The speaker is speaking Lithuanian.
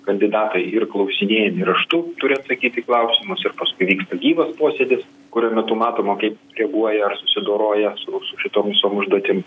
kandidatai ir klausinėjami raštu turi atsakyt į klausimus ir paskui vyksta gyvas posėdis kurio metu matoma kaip reaguoja ar susidoroja su su šitom visom užduotim